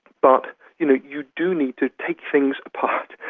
but you know you do need to take things apart,